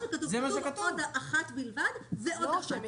אבל זה לא מה שכתוב, כתוב אחת בלבד ועוד אחת.